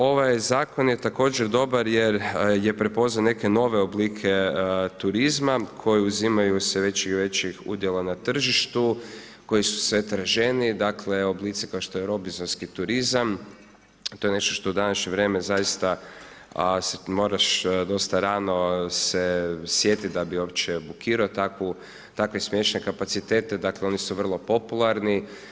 Ovaj zakon je također dobar jer je prepoznao neke nove oblike turizma koji uzimaju sve većih i većih udjela na tržištu, koji su sve traženiji, dakle oblici kao što je robinzonski turizam, to je nešto što u današnje vrijeme zaista moraš dosta rano se sjetiti da bi uopće bukirao takve smještajne kapacitete, dakle oni su vrlo popularni.